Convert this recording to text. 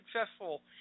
successful